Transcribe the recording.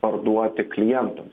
parduoti klientams